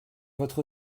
votre